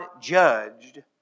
judged